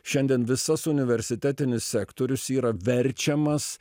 šiandien visas universitetinis sektorius yra verčiamas